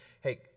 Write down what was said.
hey